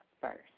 first